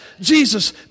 Jesus